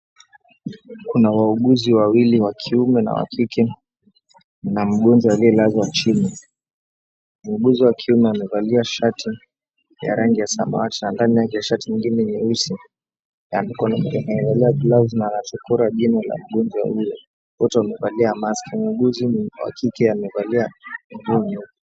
Kuna wauguzi wawili wa kiume na wa kike na mgonjwa aliyelazwa chini. Muuguzi wa kiume amevalia shati ya rangi ya samawati na ndani yake ya shati nyingine nyeusi. Kwa mikono mwingine amevalia gloves na anachukua jina la mgonjwa yule. Mtu amevalia maski. Muuguzi wa kike amevalia nguo nyeusi.